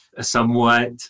somewhat